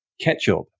ketchup